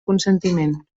consentiment